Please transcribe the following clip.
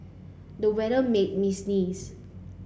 the weather made me sneeze